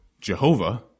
Jehovah